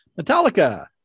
Metallica